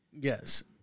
Yes